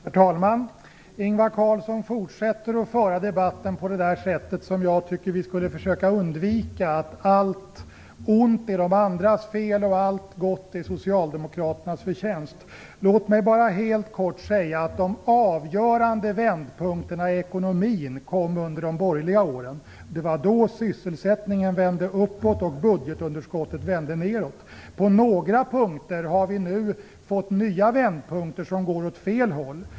Herr talman! Ingvar Carlsson fortsätter att föra debatten på ett sätt som jag tycker att vi skulle försöka undvika: Allt ont är andras fel och allt gott är Socialdemokraternas förtjänst. Låt mig bara helt kort säga att de avgörande vändpunkterna i ekonomin kom under de borgerliga åren. Det var då sysselsättningen vände uppåt och budgetunderskottet vände nedåt. Vi har fått nya vändpunkter, men nu går tendenserna i ekonomin åt fel håll.